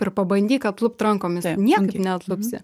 ir pabandyk atlupt rankomis niekaip neatlupsi